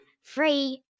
free